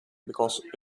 because